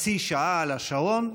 חצי שעה על השעון,